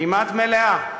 כמעט מלאה,